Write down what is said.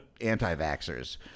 anti-vaxxers